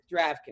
DraftKings